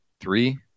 three